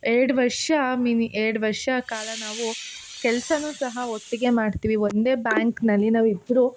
ಎರಡು ವರ್ಷ ಮಿನಿ ಎರಡು ವರ್ಷ ಕಾಲ ನಾವು ಕೆಲಸನೂ ಸಹ ಒಟ್ಟಿಗೆ ಮಾಡ್ತೀವಿ ಒಂದೇ ಬ್ಯಾಂಕ್ನಲ್ಲಿ ನಾವಿಬ್ಬರೂ